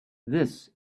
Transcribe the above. this